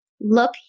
look